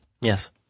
Yes